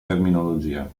terminologia